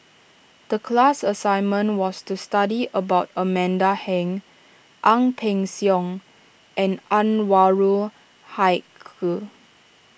the class assignment was to study about Amanda Heng Ang Peng Siong and Anwarul Haque